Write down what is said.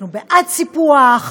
אנחנו בעד סיפוח,